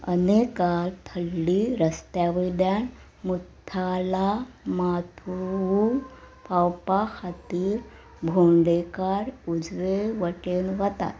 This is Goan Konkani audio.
अनेकाल थल्ली रस्त्या वयल्यान मुथाला मातू पावपा खातीर भोंवडेकार उजवे वटेन वतात